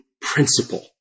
principle